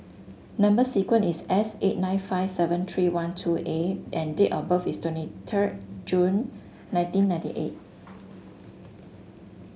number sequence is S eight nine five seven three one two A and date of birth is twenty third June nineteen ninety eight